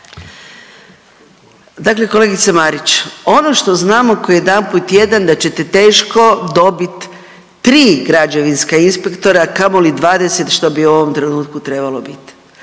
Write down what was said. Dakle, kolegice Marić. Ono što znamo kao jedan puta jedan da ćete teško dobiti tri građevinska inspektora, a kamoli 20 što bi u ovom trenutku trebalo biti.